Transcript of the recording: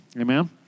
Amen